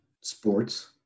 sports